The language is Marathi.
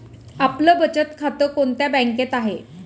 आपलं बचत खातं कोणत्या बँकेत आहे?